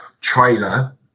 trailer